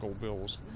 bills